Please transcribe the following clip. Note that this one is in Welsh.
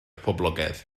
poblogaidd